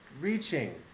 Reaching